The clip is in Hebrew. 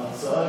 ההצעה,